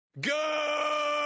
Go